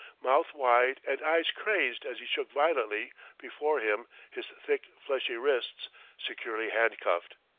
mouth wide and eyes crazed as he shook violently before him his thick fleshy wrists securely handcuffed.